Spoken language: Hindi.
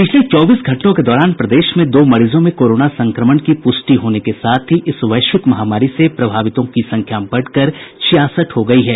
पिछले चौबीस घंटों के दौरान प्रदेश में दो मरीजों में कोरोना संक्रमण की पूष्टि होने के साथ ही इस वैश्विक महामारी से प्रभावितों की संख्या बढ़कर छियासठ हो गई है